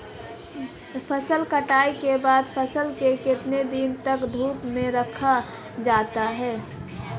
फसल कटाई के बाद फ़सल को कितने दिन तक धूप में रखा जाता है?